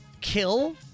kill